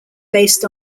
based